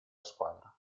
squadra